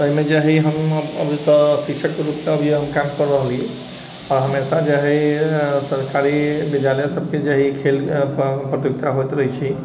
एहिमे जे हइ हम अभी तऽ शिक्षकके रुपमे काम कर रहलि आ हमेशा जे हइ सरकारी विद्यालय सभके जे हइ खेल प्रतियोगिता होइत रहै छै